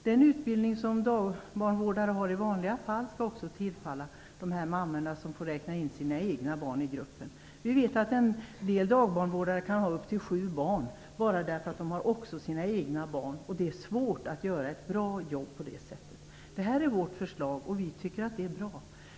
Den utbildning som dagbarnvårdare i vanliga fall har skall också tillfalla de mammor som får räkna in sina egna barn i gruppen. En del dagbarnvårdare kan ju ha upp till sju barn bara därför att de också har hand om sina egna barn. Det är svårt att göra ett bra jobb när det är på det sättet. Vårt förslag tycker vi är bra.